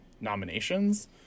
nominations